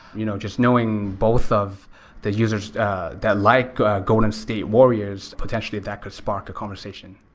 you know just knowing both of the users that like golden state warriors, potentially that could spark a conversation.